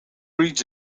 reads